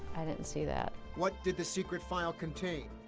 i didn't see that. what did the secret file contain?